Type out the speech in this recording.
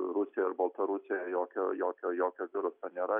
rusija ir baltarusija jokio jokio jokio viruso nėra